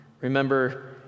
Remember